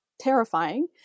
terrifying